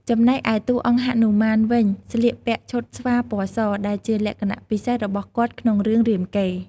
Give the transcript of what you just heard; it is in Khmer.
ចំណែកឯតួអង្គ ហនុមាន វិញស្លៀកពាក់ឈុតស្វាពណ៌ស ដែលជាលក្ខណៈពិសេសរបស់គាត់ក្នុងរឿងរាមកេរ្តិ៍ ។